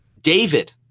David